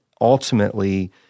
ultimately